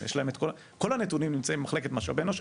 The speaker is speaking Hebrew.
כל הנתונים נמצאים במחלקת משאבי אנוש.